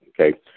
okay